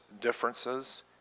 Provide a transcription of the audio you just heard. differences